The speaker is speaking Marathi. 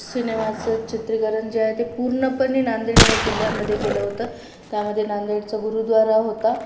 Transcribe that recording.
सिनेमाचं चित्रीकरण जे आहे ते पूर्णपणे नांदेड जिल्ह्यामध्ये केलं होतं त्यामध्ये नांदेडचं गुरुद्वारा होता